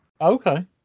Okay